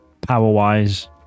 power-wise